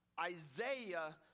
Isaiah